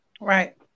right